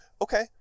Okay